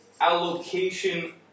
allocation